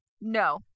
No